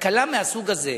תקלה מהסוג הזה,